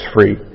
free